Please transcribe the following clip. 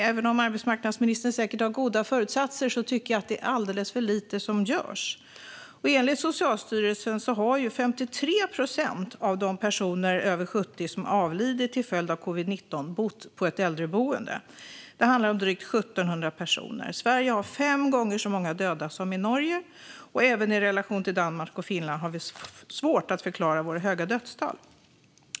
Även om arbetsmarknadsministern säkert har goda föresatser tycker jag att det är alldeles för lite som görs. Enligt Socialstyrelsen har 53 procent av de personer över 70 år som avlidit till följd av covid-19 bott på ett äldreboende. Det handlar om drygt 1 700 personer. I Sverige har vi fem gånger så många döda som i Norge, och även i relation till Danmark och Finland har vi svårt att förklara våra höga dödstal.